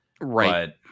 Right